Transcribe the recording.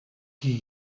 qui